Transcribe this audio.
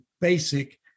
basic